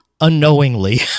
Unknowingly